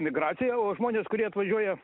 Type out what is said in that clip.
migracija o žmonės kurie atvažiuoja